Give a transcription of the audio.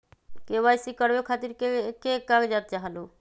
KYC करवे खातीर के के कागजात चाहलु?